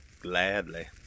Gladly